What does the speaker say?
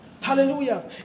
hallelujah